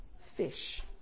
fish